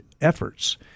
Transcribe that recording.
efforts